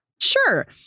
sure